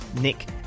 Nick